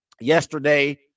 yesterday